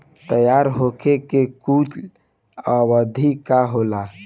तैयार होखे के कूल अवधि का होला?